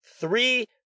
Three